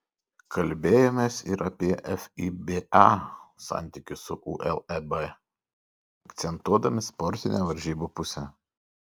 kalbėjomės ir apie fiba santykius su uleb akcentuodami sportinę varžybų pusę